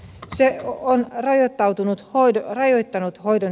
se on rajoittanut hoidon järjestämistä